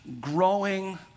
growing